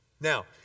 now